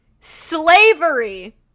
Slavery